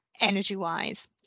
energy-wise